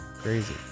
crazy